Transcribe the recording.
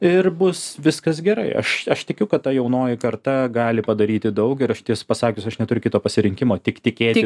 ir bus viskas gerai aš aš tikiu kad ta jaunoji karta gali padaryti daug ir aš tiesą pasakius aš neturiu kito pasirinkimo tik tikėti